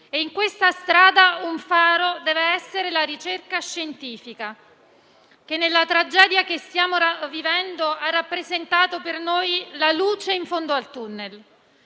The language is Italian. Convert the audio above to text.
In questa strada un faro deve essere la ricerca scientifica che, nella tragedia che stiamo vivendo, ha rappresentato per noi la luce in fondo al *tunnel*.